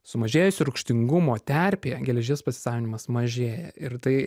sumažėjusio rūgštingumo terpėje geležies pasisavinimas mažėja ir tai